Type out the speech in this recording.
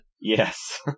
Yes